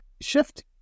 Shift